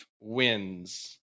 wins